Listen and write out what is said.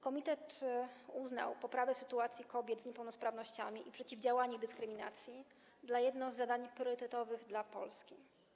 Komitet uznał poprawę sytuacji kobiet z niepełnosprawnościami i przeciwdziałanie dyskryminacji za jedno z zadań priorytetowych dla Polski.